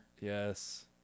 Yes